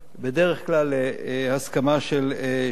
בדרך כלל הסכמה של שני-שלישים,